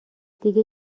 دیگه